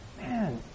Man